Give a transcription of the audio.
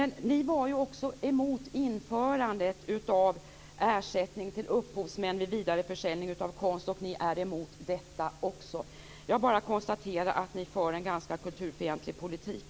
Ni var ju mot införandet av ersättning till upphovsmän vid vidareförsäljning av konst och ni är mot detta också. Jag bara konstaterar att ni för en ganska kulturfientlig politik.